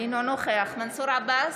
אינו נוכח מנסור עבאס,